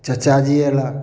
चचाजी अयलाह